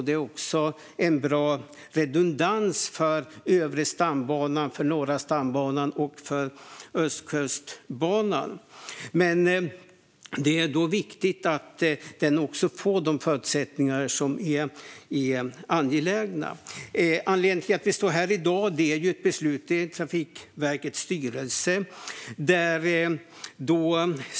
Den ger också en bra redundans för Norra stambanan och Ostkustbanan. Men det är då viktigt att den också får de förutsättningar som är angelägna. Anledningen till att vi står här i dag är ett beslut av Trafikverkets styrelse.